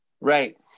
Right